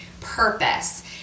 purpose